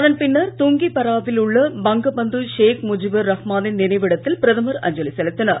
அதன் பின்னர் துங்கிப்பராவிலுள்ள பங்கபந்து ஷேக் முஜிபூர் ரஹ்மானின் நினைவிடத்தில் பிரதமர் அஞ்சலி செலுத்தினார்